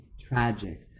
tragic